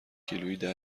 کیلوییده